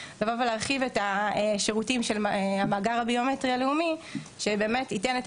הוא להרחיב את השירותים של המאגר הביומטרי הלאומי שבאמת ייתן את